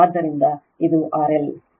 ಆದ್ದರಿಂದ ಇದು RL